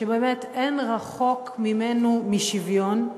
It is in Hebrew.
שאין רחוק ממנו משוויון.